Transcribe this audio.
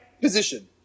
position